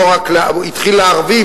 התחיל לערבים,